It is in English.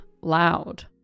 loud